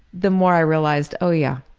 the more i realized oh yeah,